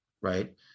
right